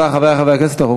החוק.